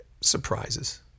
Surprises